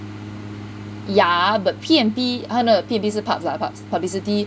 yeah but P&P 他的 P&P 是 pubs lah pubs publicity